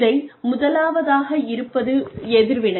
இதைல் முதலாவதாக இருப்பது எதிர்வினை